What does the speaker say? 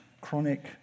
chronic